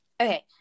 okay